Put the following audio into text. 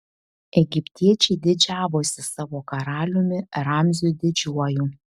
egiptiečiai didžiavosi savo karaliumi ramziu didžiuoju